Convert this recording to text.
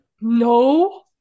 No